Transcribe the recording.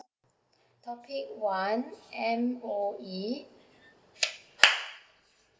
topic one M_O_E